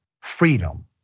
freedom